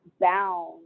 bound